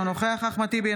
אינו נוכח אחמד טיבי,